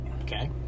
Okay